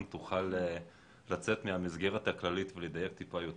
אם תוכל לצאת מהמסגרת הכללית ולדייק טיפה יותר.